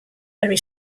very